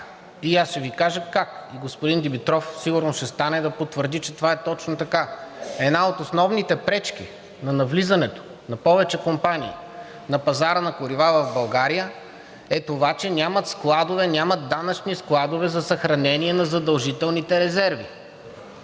И аз ще Ви кажа как. Господин Димитров сигурно ще стане да потвърди, че това е точно така. Една от основните пречки на навлизането на повече компании на пазара на горива в България е това, че нямат складове, нямат данъчни складове за съхранение на задължителните резерви.